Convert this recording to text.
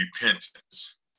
repentance